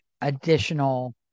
additional